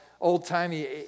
old-timey